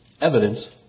evidence